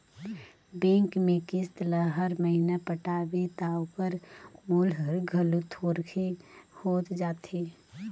bank में किस्त ल हर महिना पटाबे ता ओकर मूल हर घलो थोरहें होत जाथे